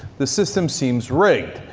the system seems rigged.